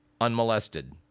unmolested